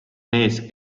mees